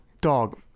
Dog